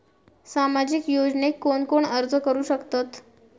सामाजिक योजनेक कोण कोण अर्ज करू शकतत?